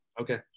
Okay